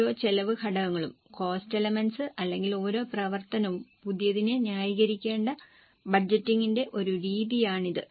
ഓരോ ചെലവ് ഘടകങ്ങളും അല്ലെങ്കിൽ ഓരോ പ്രവർത്തനവും പുതിയതിനെ ന്യായീകരിക്കേണ്ട ബജറ്റിംഗിന്റെ ഒരു രീതിയാണിത്